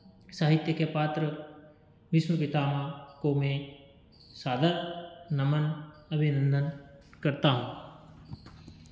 साहित्य के पात्र भीष्म पितामह को मैं सादर नमन अभिनंदन करता हूँ